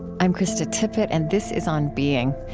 i'm krista tippett and this is on being.